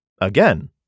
Again